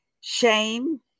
Shame